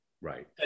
Right